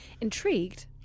Intrigued